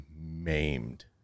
maimed